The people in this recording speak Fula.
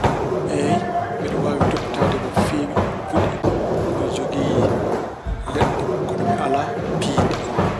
Eey, mbeɗe waawi toppitaade no feewi puɗi. Mbeɗe jogii leɗɗe kono mi alaa piindi.